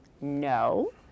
no